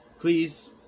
please